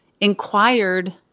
inquired